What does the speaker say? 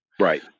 right